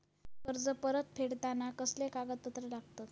कर्ज परत फेडताना कसले कागदपत्र लागतत?